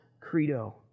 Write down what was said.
credo